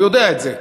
הוא יודע את זה,